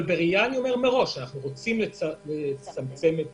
אני אומר מראש שאנחנו רוצים לצמצם את